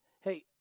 Hey